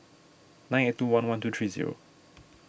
nine eight two one one two three zero